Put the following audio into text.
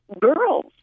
girls